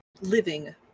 living